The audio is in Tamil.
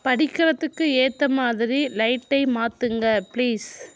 படிக்கிறதுக்கு ஏற்ற மாதிரி லைட்டை மாற்றுங்க பிளீஸ்